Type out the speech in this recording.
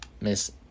Miss